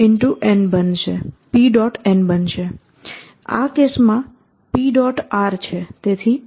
n બનશે આ કેસમાં P